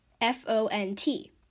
F-O-N-T